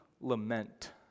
lament